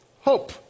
Hope